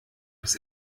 bis